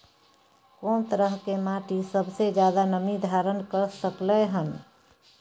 कोन तरह के माटी सबसे ज्यादा नमी धारण कर सकलय हन?